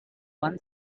one